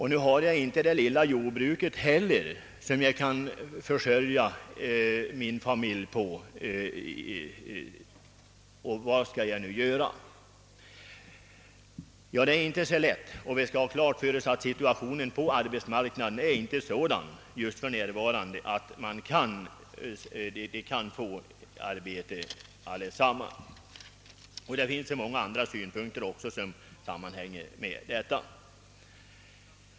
Han har inte heller sitt lilla jordbruk kvar som han kunde ha försörjt sin familj på. Vad skall han göra? Det är inte lätt att säga. Vi bör ha klart för oss att situationen på arbetsmarknaden för närvarande inte är sådan att alla kan få arbete. Man får ej glömma bort individens problem.